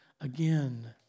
again